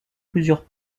plusieurs